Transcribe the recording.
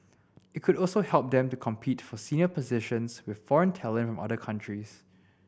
it could also help them to compete for senior positions with foreign talent other countries